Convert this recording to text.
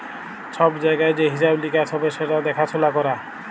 ছব জায়গায় যে হিঁসাব লিকাস হ্যবে সেট দ্যাখাসুলা ক্যরা